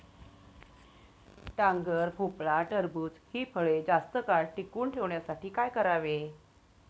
डांगर, भोपळा, टरबूज हि फळे जास्त काळ टिकवून ठेवण्यासाठी काय करावे?